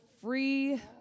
free